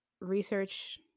research